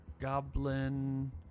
Goblin